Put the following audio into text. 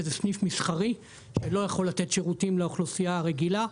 סניף מסחרי שלא יכול לתת שירותים לאוכלוסייה הרגילה.